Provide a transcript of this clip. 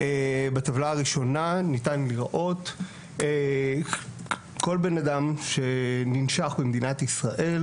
בטבלה הראשונה ניתן לראות כל בן אדם שננשך במדינת ישראל